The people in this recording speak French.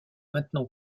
maintenant